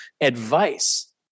advice